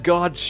God